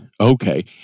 Okay